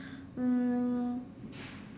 um